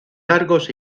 largos